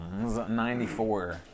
94